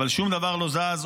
אבל שום דבר לא זז,